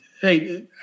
Hey